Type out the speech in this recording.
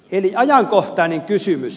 eli ajankohtainen kysymys